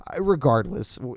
Regardless